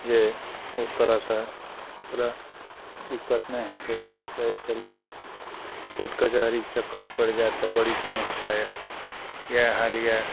जे ओ तरहसँ ओकरा दिक्कत नहि होयतै तऽ एहि चलते कोट कचहरी कऽ चक्कर पड़ि जाएत तऽ बड़ी समस्या यऽ इएह हाल यऽ